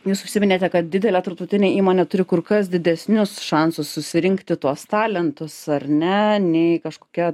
jūs užsiminėte kad didelė tarptautinė įmonė turi kur kas didesnius šansus susirinkti tuos talentus ar ne nei kažkokia